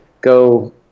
go